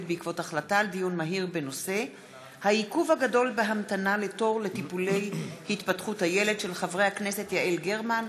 בעקבות דיון מהיר בהצעתם של חברי הכנסת יעל גרמן,